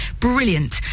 Brilliant